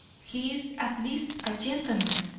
he is at least a gentleman,